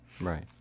right